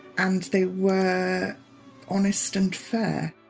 and they were honest and fair